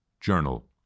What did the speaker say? journal